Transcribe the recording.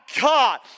God